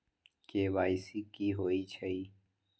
KYC कि होई छई?